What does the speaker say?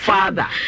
Father